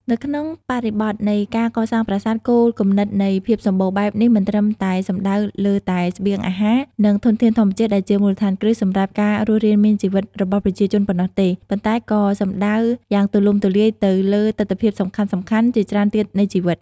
នៅក្នុងបរិបទនៃការកសាងប្រាសាទ គោលគំនិតនៃ ភាពសម្បូរបែប នេះមិនត្រឹមតែសំដៅលើតែ ស្បៀងអាហារ និងធនធានធម្មជាតិ ដែលជាមូលដ្ឋានគ្រឹះសម្រាប់ការរស់រានមានជីវិតរបស់ប្រជាជនប៉ុណ្ណោះទេ ប៉ុន្តែក៏សំដៅយ៉ាងទូលំទូលាយទៅលើទិដ្ឋភាពសំខាន់ៗជាច្រើនទៀតនៃជីវិត។